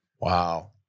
Wow